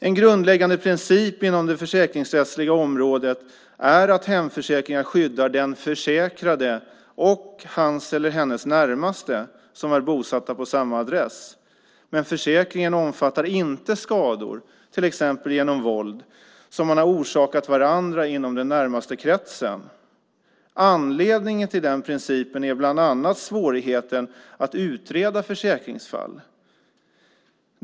En grundläggande princip på det försäkringsrättsliga området är att hemförsäkringar skyddar den försäkrade och hans eller hennes närmaste som är bosatta på samma adress, men försäkringen ersätter inte skador som man har åsamkat varandra inom den närmaste kretsen till exempel genom våld. Anledningen till den principen är bland annat svårigheten att utreda försäkringsfall.